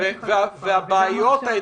זה